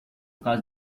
caso